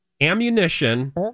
ammunition